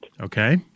Okay